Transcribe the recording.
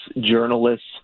journalists